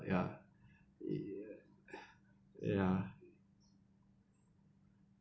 ya ya